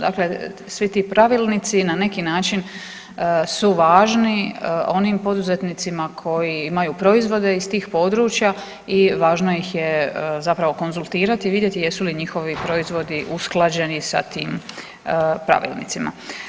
Dakle, svi ti pravilnici na neki način su važni onim poduzetnicima koji imaju proizvode iz tih područja i važno ih je zapravo konzultirati i vidjeti jesu li njihovi proizvodi usklađeni sa tim pravilnicima.